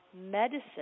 medicine